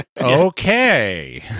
Okay